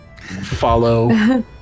follow